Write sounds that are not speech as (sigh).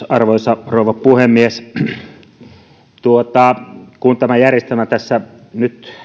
(unintelligible) arvoisa rouva puhemies kun tämä järjestelmä nyt